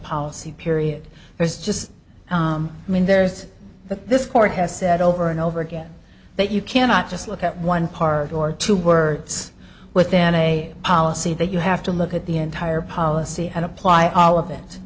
policy period there's just i mean there's that this court has said over and over again that you cannot just look at one part or two words within a policy that you have to look at the entire policy and apply all of it